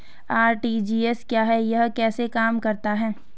RTGS क्या है यह कैसे काम करता है?